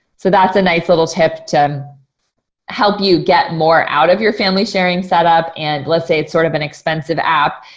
so that's a nice little tip to help you get more out of your family sharing set up. and let's say it's sort of an expensive app,